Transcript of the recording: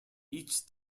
each